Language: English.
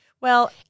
Well-